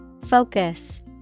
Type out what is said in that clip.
Focus